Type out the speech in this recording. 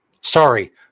Sorry